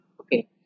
okay